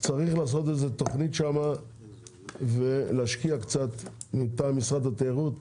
צריך לעשות איזה תוכנית שם ולהשקיע קצת מטעם משרד התיירות.